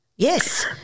Yes